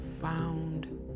found